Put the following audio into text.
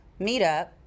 meetup